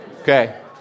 Okay